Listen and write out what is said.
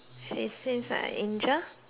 like an Angel